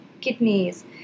kidneys